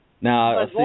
Now